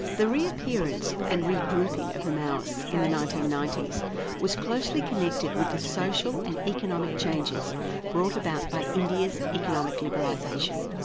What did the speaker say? the reappearance and regrouping of the maoists in the nineteen ninety s was closely connected with the social and economic changes brought by india's economic liberalisation.